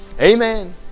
Amen